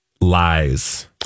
lies